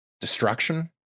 Destruction